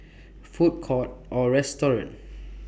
Food Courts Or restaurants